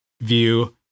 view